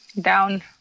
Down